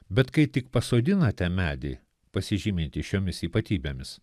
bet kai tik pasodinate medį pasižymėti šiomis ypatybėmis